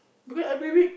because every week